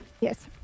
Yes